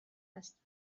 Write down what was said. است